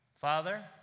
Father